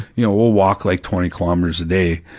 you know, we'll walk like twenty kilometres a day,